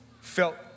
felt